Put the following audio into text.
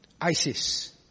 ISIS